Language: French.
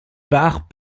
bars